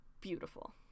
beautiful